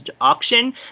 auction